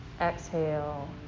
Exhale